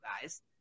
guys